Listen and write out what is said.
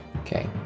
okay